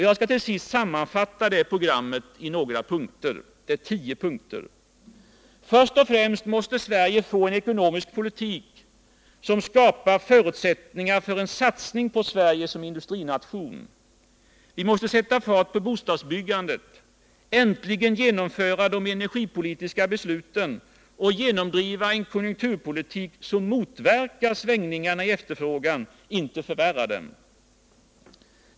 Jag skall till sist sammanfatta det programmet i tio punkter: —- Först och främst måste Sverige få en ekonomisk politik som skapar förutsättningar för en satsning på Sverige som industrination. Vi måste sätta fart på bostadsbyggandet, äntligen genomföra de energipolitiska besluten och bedriva en konjunkturpolitik som motverkar svängningarna i efterfrågan —- inte förvärrar dem.